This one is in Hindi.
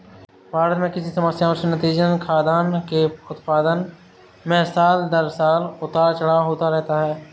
भारत में कृषि समस्याएं से नतीजतन, खाद्यान्न के उत्पादन में साल दर साल उतार चढ़ाव होता रहता है